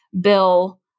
Bill